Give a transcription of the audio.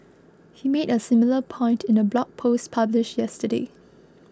he made a similar point in a blog post published yesterday